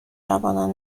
جوانان